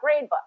gradebook